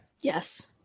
Yes